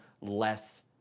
less